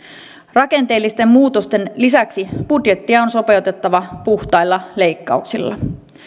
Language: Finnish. rakenteellisten muutosten lisäksi budjettia on sopeutettava puhtailla leikkauksilla